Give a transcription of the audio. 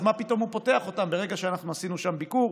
אז מה פתאום הוא פותח אותם ברגע שאנחנו עשינו שם ביקור?